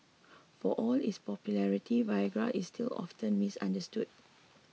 for all its popularity Viagra is still often misunderstood